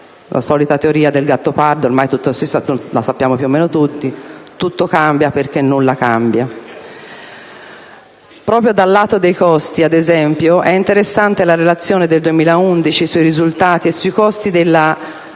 la solita teoria del Gattopardo, che conosciamo più o meno tutti per cui tutto cambia perché nulla cambi. Proprio dal lato dei costi, ad esempio, è interessante la relazione del 2011 sui risultati e sui costi del